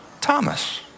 Thomas